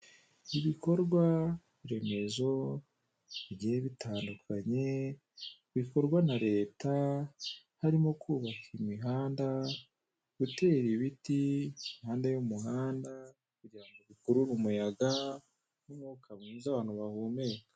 Ibikorwaremezo bigiye bitandukanye bikorwa na leta harimo kubaka imihanda, gutera ibiti impande y'umuhanda kugira ngo bikurure umuyaga n'umwuka mwiza abantu bahumeka.